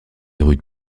rude